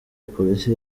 polisi